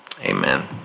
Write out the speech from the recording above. amen